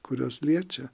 kuriuos liečia